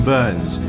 Burns